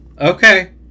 okay